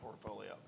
portfolio